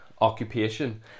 occupation